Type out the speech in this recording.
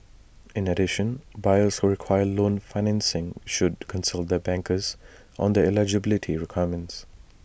in addition buyers who require loan financing should consult their bankers on their eligibility requirements